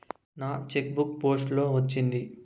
నా cheque book post లో వచ్చింది